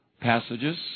passages